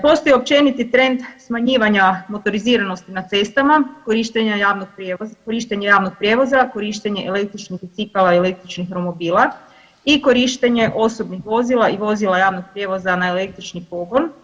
Postoji općeniti trend smanjivanja motoriziranosti na cestama, korištenja javnog prijevoza, korištenja električnih bicikala i električnih romobila i korištenje osobnih vozila i vozila javnog prijevoza na električni pogon.